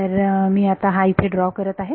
तर मी आता हा इथे ड्रॉ करत आहे